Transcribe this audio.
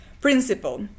principle